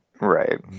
right